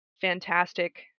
fantastic